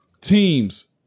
teams